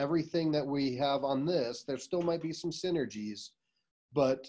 everything that we have on this there still might be some synergies but